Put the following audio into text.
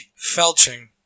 Felching